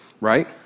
Right